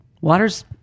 water's